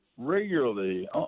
Regularly